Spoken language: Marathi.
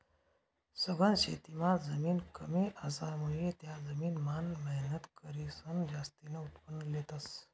सघन शेतीमां जमीन कमी असामुये त्या जमीन मान मेहनत करीसन जास्तीन उत्पन्न लेतस